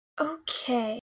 Okay